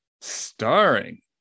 starring